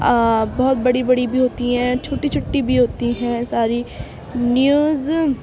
بہت بڑی بڑی بھی ہوتی ہیں چھوٹی چھوٹی بھی ہوتی ہیں ساری نیوز